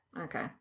Okay